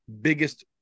biggest